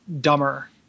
dumber